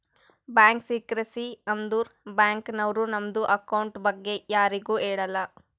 bank secrecy ಅಂದುರ್ bank ನವ್ರು ನಮ್ದು ಅಕೌಂಟ್ ಬಗ್ಗೆ ಯಾರಿಗು ಹೇಳಲ್ಲ